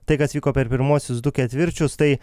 tai kas vyko per pirmuosius du ketvirčius tai